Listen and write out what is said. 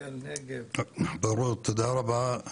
תודה רבה.